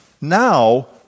now